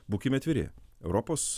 būkim atviri europos